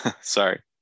Sorry